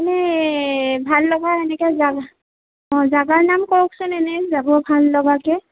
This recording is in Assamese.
এনেই ভাল লগা এনেকৈ জা অঁ জাগাৰ নাম কওকচোন এনেই যাব ভাল লগাকৈ